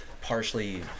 partially